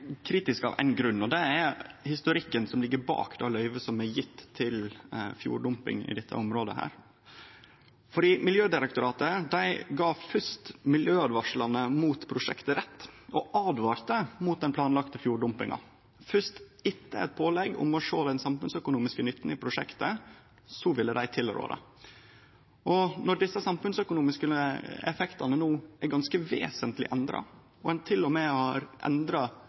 kritisk av éin grunn, og det er historikken som ligg bak det løyvet som er gjeve til fjorddumping i dette området. Miljødirektoratet gav fyrst dei som kom med miljøåtvaringane mot prosjektet og åtvara mot den planlagde fjorddumpinga, rett. Fyrst etter eit pålegg om å sjå den samfunnsøkonomiske nytten i prosjektet ville dei tilrå det. Når desse samfunnsøkonomiske effektane no er ganske vesentleg endra og ein til og med har endra